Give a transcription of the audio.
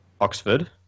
Oxford